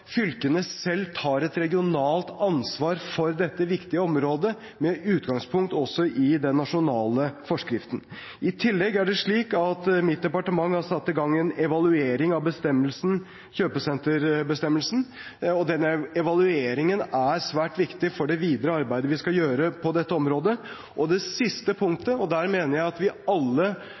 fylkene selv tar et regionalt ansvar for dette viktige området, med utgangspunkt også i den nasjonale forskriften. I tillegg er det slik at mitt departement har satt i gang en evaluering av kjøpesenterbestemmelsen, og denne evalueringen er svært viktig for det videre arbeidet vi skal gjøre på dette området. Når det gjelder det siste punktet, mener jeg at vi alle